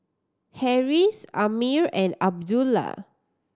Harris Ammir and Abdullah